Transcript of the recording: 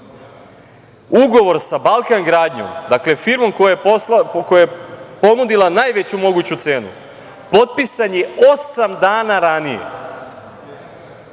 Ugovor sa „Balkan gradnjom“, dakle firmom koja je ponudila najveću moguću cenu, potpisan je osam dana ranije.